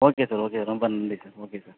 okay sir okay sir ரொம்ப நன்றி sir okay sir